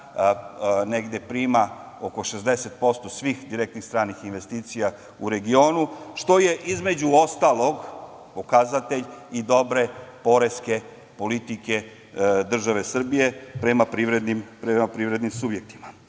negde prima oko 60% svih direktnih stranih investicija u regionu što je između ostalog pokazatelj i dobre poreske politike države Srbije prema privrednim subjektima. Kada